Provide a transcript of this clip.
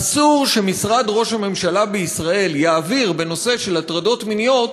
אסור שמשרד ראש הממשלה בישראל יעביר בנושא של הטרדות מיניות